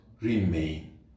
remain